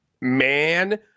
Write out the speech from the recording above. man